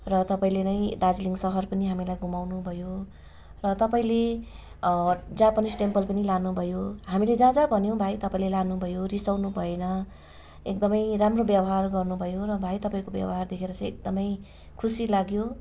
र तपाईँले नै दार्जिलिङ सहर पनि हामीलाई घुमाउनु भयो र तपाईँले जापानिस टेम्पल पनि लानु भयो हामीले जहाँ जहाँ भन्यौँ भाइ तपाईँले लानु भयो रिसाउनु भएन एकदमै राम्रो व्यवहार गर्नु भयो र भाइ तपाईँको व्यवहार देखेर चाहिँ एकदमै खुसी लाग्यो